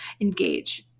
engage